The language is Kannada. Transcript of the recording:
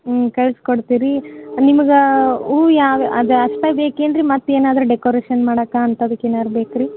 ಹ್ಞೂ ಕಳ್ಸ್ಕೊಡ್ತೀವಿ ರೀ ನಿಮಗೆ ಹೂ ಯಾವ ಅದು ಅಷ್ಟೇ ಬೇಕೇನ್ರಿ ಮತ್ತೆ ಏನಾದ್ರೂ ಡೆಕೋರೇಶನ್ ಮಾಡಾಕ ಅಂಥದಕ್ಕೆ ಏನಾದ್ರ್ ಬೇಕಾ ರೀ